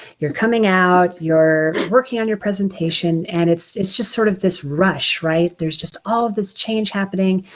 you're coming out, you're working on your presentation and it's it's just sort of this rush right? there's just all of this change happening,